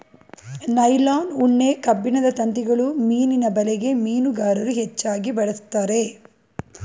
nylon, ಉಣ್ಣೆ, ಕಬ್ಬಿಣದ ತಂತಿಗಳು ಮೀನಿನ ಬಲೆಗೆ ಮೀನುಗಾರರು ಹೆಚ್ಚಾಗಿ ಬಳಸ್ತರೆ